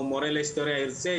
או מורה להיסטוריה ירצה,